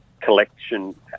collection